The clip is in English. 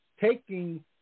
taking